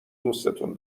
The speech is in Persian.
دوستون